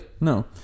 No